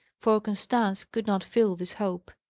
for constance could not feel this hope.